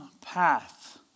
path